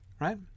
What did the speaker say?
right